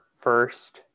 first